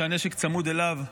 כשהנשק צמוד אליו,